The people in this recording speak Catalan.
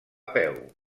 peu